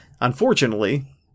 Unfortunately